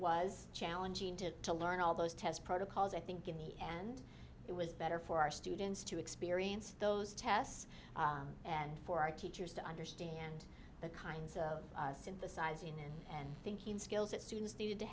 was challenging to to learn all those test protocols i think in the end it was better for our students to experience those tests and for our teachers to understand the kinds of synthesizing and thinking skills that students needed to